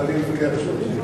אז אני מוותר על זכות הדיבור.